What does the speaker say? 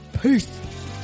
Peace